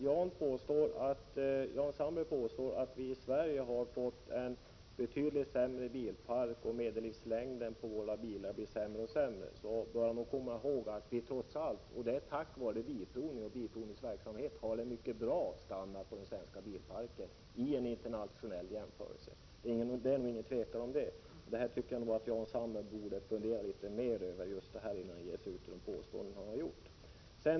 Jan Sandberg påstår att vi i Sverige har fått en betydligt sämre bilpark och att medellivslängden på våra bilar blir sämre och sämre. Han bör nog komma ihåg att det är tack vare bilprovningen och dess verksamhet som vi har en mycket bra standard på den svenska bilparken vid en internationell jämförelse. Det råder nog ingen tvekan om det. Detta tycker jag att Jan Sandberg borde fundera litet mer över innan han gör de påståenden som han har kommit med.